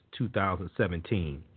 2017